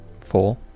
Four